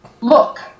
look